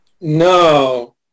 No